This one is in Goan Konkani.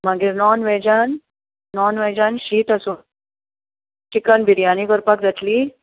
नोनवेजान नोनवेजान शीत असो चिकन बिर्याणी करपाक जातली